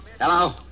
Hello